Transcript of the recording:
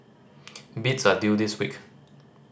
bids are due this week